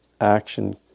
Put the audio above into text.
action